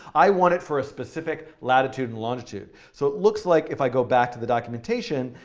i want it for a specific latitude and longitude. so it looks like, if i go back to the documentation,